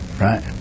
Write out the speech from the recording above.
right